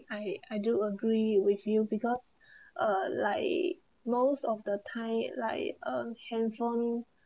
I I do agree with you because uh like most of the time like uh handphone